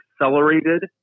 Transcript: accelerated